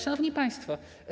Szanowni Państwo!